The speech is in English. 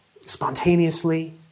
spontaneously